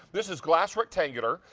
this is glass rectangular,